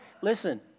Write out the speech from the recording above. Listen